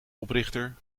oprichter